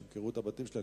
שימכרו את הבתים שלהם?